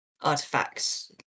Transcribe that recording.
artifacts